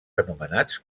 anomenats